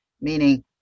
meaning